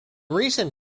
recent